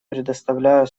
предоставляю